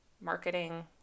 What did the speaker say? marketing